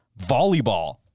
Volleyball